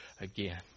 again